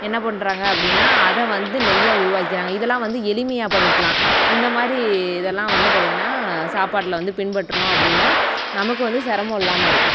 என்ன பண்ணுறாங்க அப்படின்னா அதை வந்து நெய்யா உருவாக்கிட்றாங்க இதெல்லாம் வந்து எளிமையாக பண்ணிக்கலாம் இந்த மாதிரி இதெல்லாம் வந்து பார்த்திங்கன்னா சாப்பாட்டில் வந்து பின்பற்றினோம் அப்படின்னா நமக்கு வந்து சிரமம் இல்லாமல் இருக்கும்